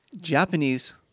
Japanese